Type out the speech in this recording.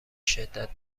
شدت